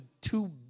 two